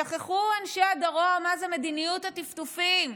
שכחו אנשי הדרום מה זה מדיניות הטפטופים,